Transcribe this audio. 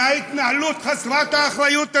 מההתנהלות חסרת האחריות הזאת?